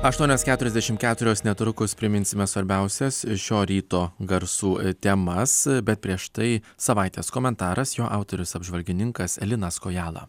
aštuonios keturiasdešim keturios netrukus priminsime svarbiausias šio ryto garsų temas bet prieš tai savaitės komentaras jo autorius apžvalgininkas linas kojala